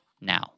now